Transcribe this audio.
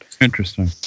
Interesting